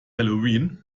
halloween